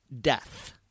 death